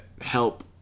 help